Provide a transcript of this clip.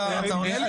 אתה עונה לי?